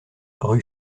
rue